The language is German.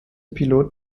pilot